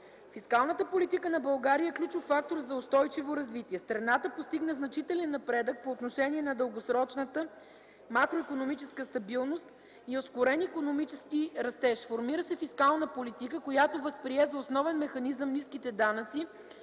Фискалната политика на България е ключов фактор за устойчиво развитие. Страната постигна значителен напредък по отношение на дългосрочната макроикономическа стабилност и ускорен икономически растеж. Формира се фискална политика, която възприе за основен механизъм ниските данъци,